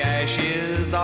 ashes